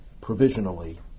provisionally